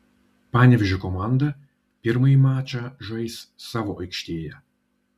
panevėžio komanda pirmąjį mačą žais savo aikštėje